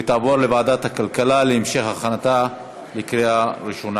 ותעבור לוועדת הכלכלה להמשך הכנתה לקריאה ראשונה.